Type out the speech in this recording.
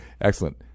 Excellent